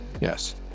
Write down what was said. yes